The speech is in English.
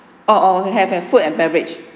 oh oh have have food and beverage